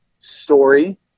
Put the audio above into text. story